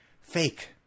fake